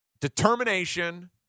determination